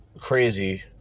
crazy